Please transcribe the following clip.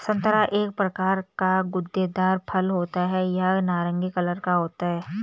संतरा एक प्रकार का गूदेदार फल होता है यह नारंगी कलर का होता है